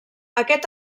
aquest